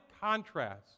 contrast